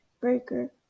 Breaker